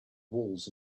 walls